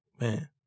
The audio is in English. Man